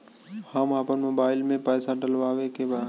हम आपन मोबाइल में पैसा डलवावे के बा?